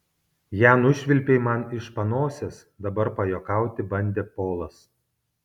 ją nušvilpei man iš panosės dabar pajuokauti bandė polas